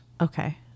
Okay